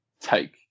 take